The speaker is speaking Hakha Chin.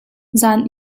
zaan